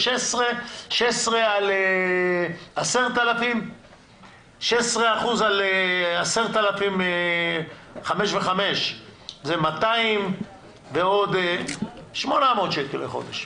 16 על 10,000. 16% על 10,000 זה 800 שקל לחודש,